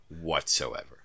whatsoever